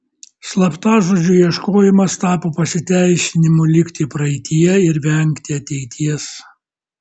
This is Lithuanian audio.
slaptažodžio ieškojimas tapo pasiteisinimu likti praeityje ir vengti ateities